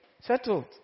settled